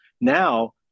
Now